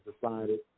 decided